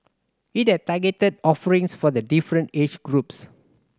it has targeted offerings for the different age groups